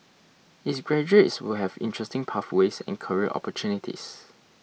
its graduates will have interesting pathways and career opportunities